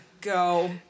Go